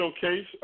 Showcase